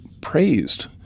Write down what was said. praised